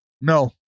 no